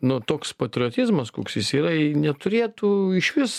nu toks patriotizmas koks jis yra neturėtų išvis